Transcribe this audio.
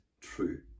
true